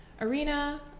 arena